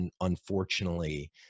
unfortunately